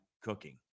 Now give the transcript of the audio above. cooking